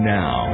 now